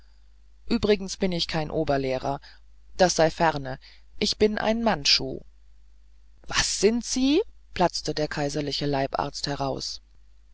übrigens bin ich kein oberlehrer das sei ferne ich bin ein mandschu was sind sie platzte der kaiserliche leibarzt heraus